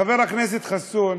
חבר הכנסת חסון,